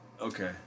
Okay